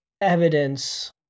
evidence